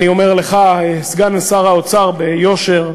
אני אומר לך, סגן שר האוצר, ביושר,